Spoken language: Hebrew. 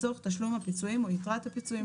לצורך תשלום הפיצויים או יתרת הפיצויים,